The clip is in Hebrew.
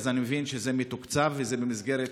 אני מבין שזה מתוקצב וזה במסגרת